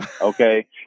okay